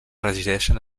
resideixen